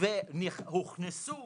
והוכנסו